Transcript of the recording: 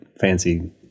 fancy